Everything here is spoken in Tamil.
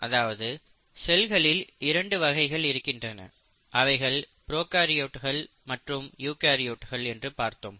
அதாவது செல்களில் இரண்டு வகைகள் இருக்கின்றன அவைகள் ப்ரோகாரியோட்ஸ் மற்றும் யூகரியோட்ஸ் என்று பார்த்தோம்